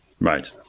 right